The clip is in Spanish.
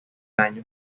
año